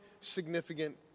significant